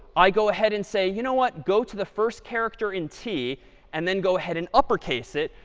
i go ahead and say, you know what, go to the first character in t and then go ahead and uppercase it.